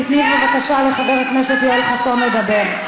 תני בבקשה לחבר הכנסת יואל חסון לדבר.